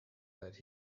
that